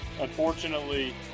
unfortunately